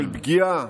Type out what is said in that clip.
של פגיעה